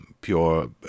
pure